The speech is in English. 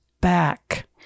back